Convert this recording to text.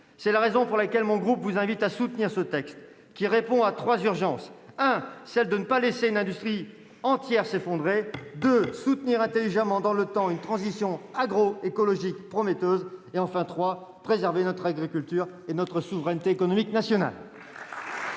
le groupe Union Centriste vous invite à soutenir ce texte, qui répond à trois urgences : ne pas laisser l'industrie entière s'effondrer, soutenir intelligemment dans le temps une transition agroécologique prometteuse et, enfin, préserver notre agriculture et notre souveraineté économique nationale.